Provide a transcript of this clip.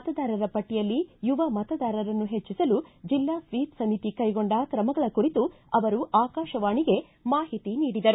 ಮತದಾರರ ಪಟ್ಟಿಯಲ್ಲಿ ಯುವ ಮತದಾರರನ್ನು ಹೆಚ್ಚಿಸಲು ಜಿಲ್ಲಾ ಸ್ವೀಪ ಸಮಿತಿ ಕೈಗೊಂಡ ಕ್ರಮಗಳ ಕುರಿತು ಅವರು ಆಕಾಶವಾಣಿಗೆ ಮಾಹಿತಿ ನೀಡಿದರು